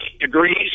degrees